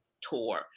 tour